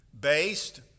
based